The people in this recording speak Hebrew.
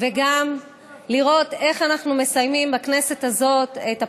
וגם לראות איך אנחנו מסיימים בכנסת הזאת את הפרשה,